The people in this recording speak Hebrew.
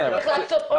צריך לעשות עוד דברים.